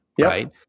right